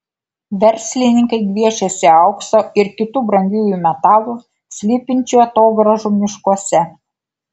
verslininkai gviešiasi aukso ir kitų brangiųjų metalų slypinčių atogrąžų miškuose